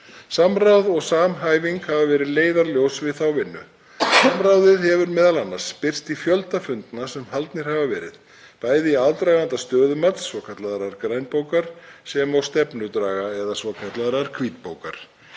Samráð og samhæfing hafa verið leiðarljós við þá vinnu. Samráðið hefur m.a. birst í fjölda funda sem haldnir hafa verið, bæði í aðdraganda stöðumats, svokallaðrar grænbókar, og stefnudraga, svokallaðrar hvítbókar.